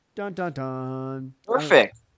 Perfect